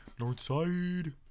Northside